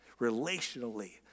Relationally